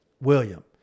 William